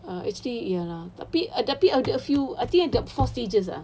uh actually ya lah tapi ada a few got four stages ah